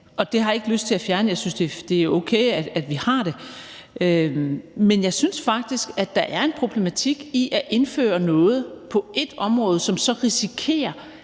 se. Det har jeg ikke lyst til at fjerne; jeg synes, det er okay, at vi har det. Men jeg synes faktisk, at der er en problematik i at indføre noget på ét område, som så risikerer